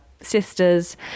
sisters